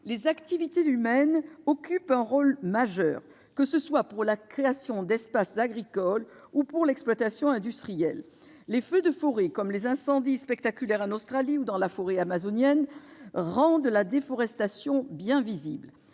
les activités humaines jouent un rôle majeur, que ce soit pour la création d'espaces agricoles ou pour l'exploitation industrielle. Les feux de forêt, comme les incendies spectaculaires en Australie ou dans la forêt amazonienne, rendent la déforestation bien visible.